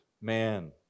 man